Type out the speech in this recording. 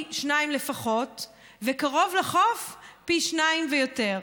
שניים לפחות וקרוב לחוף פי שניים ויותר.